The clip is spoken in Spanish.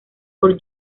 por